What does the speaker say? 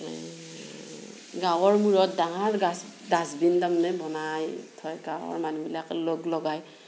এই গাঁৱৰ মূৰত ডাঙৰ গছ ডাষ্টবিন তাৰমানে বনাই থয় গাঁৱৰ মানুহবিলাকে লগ লগায়